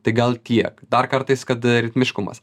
tai gal tiek dar kartais kad ritmiškumas